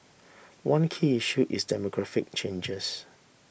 one key issue is demographic changes